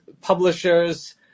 publishers